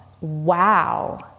wow